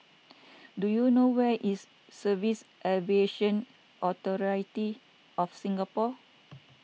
do you know where is Civils Aviation Authority of Singapore